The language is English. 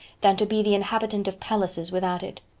than to be the inhabitant of palaces without it.